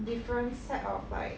different set of like